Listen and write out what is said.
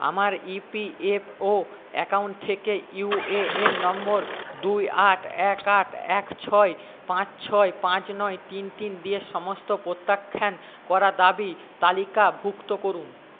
আমার EPFO account থেকে UAN number দুই আট এক আট এক ছয় পাঁচ ছয় পাঁচ নয় তিন তিন দিয়ে সমস্ত প্রত্যাখ্যান করা দাবি তালিকাভুক্ত করুন